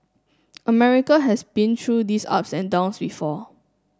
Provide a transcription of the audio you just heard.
America has been through these ups and downs before